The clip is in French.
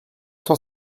cent